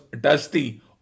dusty